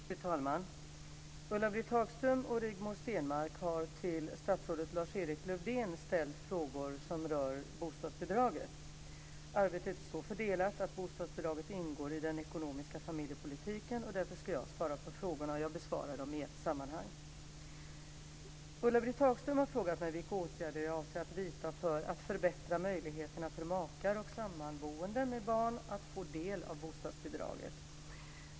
Fru talman! Ulla-Britt Hagström och Rigmor Stenmark har till statsrådet Lars-Erik Lövdén ställt frågor som rör bostadsbidraget. Arbetet är så fördelat att bostadsbidraget ingår i den ekonomiska familjepolitiken och därför ska jag svara på frågorna. Jag besvarar dem i ett sammanhang. Ulla-Britt Hagström har frågat mig vilka åtgärder jag avser att vidta för att förbättra möjligheterna för makar och sammanboende med barn att få del av bostadsbidraget.